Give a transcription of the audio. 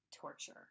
torture